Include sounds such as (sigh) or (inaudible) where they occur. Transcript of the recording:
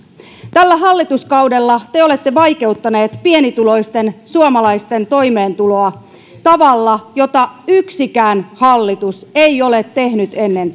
tällä hallituskaudella te olette vaikeuttaneet pienituloisten suomalaisten toimeentuloa tavalla jota yksikään hallitus ei ole tehnyt ennen (unintelligible)